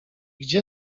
gdzie